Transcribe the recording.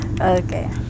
Okay